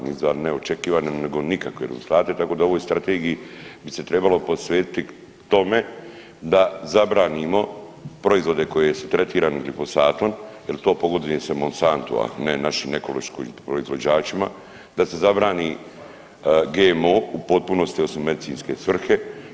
Nisu dali neočekivane, nego nikakve rezultate tako da ovoj strategiji bi se trebalo posvetiti tome da zabranimo proizvode koji su tretirani liposatom jer to pogoduje … a ne našim ekološkim proizvođačima, da se zabrani GMO u potpunosti osim u medicinske svrhe.